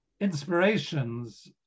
inspirations